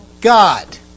God